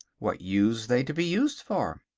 what used they to be used for?